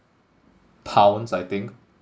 pounds I think